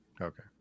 Okay